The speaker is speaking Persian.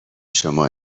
شما